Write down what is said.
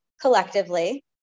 collectively